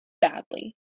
badly